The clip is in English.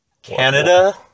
Canada